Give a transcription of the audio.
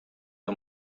the